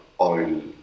oil